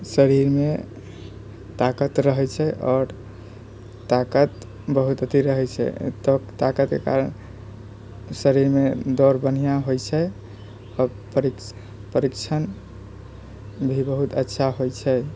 शरीरमे ताकति रहै छै आओर ताकति बहुत अथी रहै छै ताकतिके कारण शरीरमे दौड़ बढिआँ होइ छै आओर परिक्षण भी बहुत अच्छा होइ छै